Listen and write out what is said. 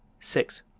six.